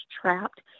trapped